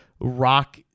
rock